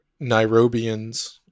Nairobians